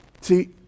See